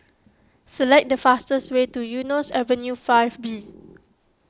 select the fastest way to Eunos Avenue five B